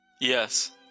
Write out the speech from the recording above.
Yes